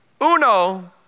uno